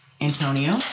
Antonio